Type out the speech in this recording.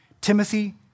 Timothy